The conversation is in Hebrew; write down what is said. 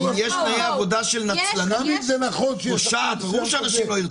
בואו --- אם יש תנאי עבודה של נצלנות פושעת ברור שאנשים לא ירצו לבוא.